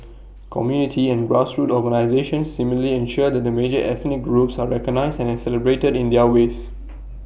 community and grassroots organisations similarly ensure that the major ethnic groups are recognised and celebrated in their ways